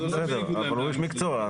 טוב, בסדר, אבל הוא איש מקצוע.